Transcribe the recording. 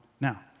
Now